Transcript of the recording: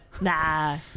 Nah